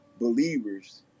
believers